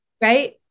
Right